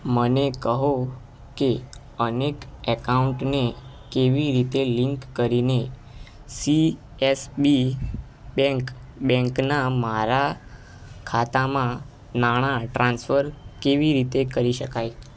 મને કહો કે અનેક એકાઉન્ટને કેવી રીતે લિંક કરીને સીએસબી બેંક બેંકનાં મારા ખાતામાં નાણાં ટ્રાન્સફર કેવી રીતે કરી શકાય